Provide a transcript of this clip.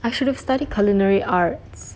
I should have studied culinary arts